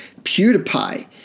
PewDiePie